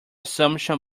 assumption